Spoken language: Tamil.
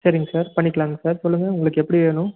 சரிங் சார் பண்ணிக்கலாங் சார் சொல்லுங்க உங்களுக்கு எப்படி வேணும்